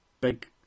big